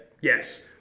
Yes